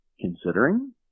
considering